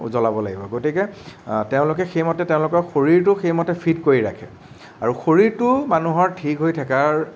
উজ্বলাব লাগিব গতিকে তেওঁলোকে সেইমতে তেওঁলোকৰ শৰীৰটোক সেইমতে ফিট কৰি ৰাখে আৰু শৰীৰটো মানুহৰ ঠিক হৈ থকাৰ